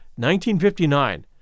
1959